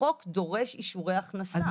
החוק דורש אישורי הכנסה.